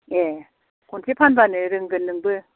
ए खनसे फानब्लानो रोंगोन नोंबो